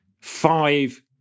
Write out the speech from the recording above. five